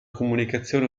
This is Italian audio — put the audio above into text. comunicazione